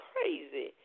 crazy